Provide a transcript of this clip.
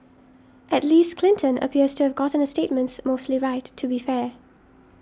at least Clinton appears to have gotten her statements mostly right to be fair